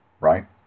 right